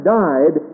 died